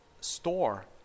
store